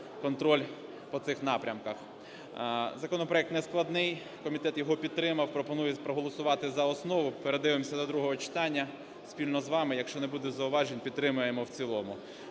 контроль по цих напрямках. Законопроект нескладний, комітет його підтримав, пропонує проголосувати за основу. Передаємо все до другого читання спільно з вами. Якщо не буде зауважень, підтримаємо в цілому.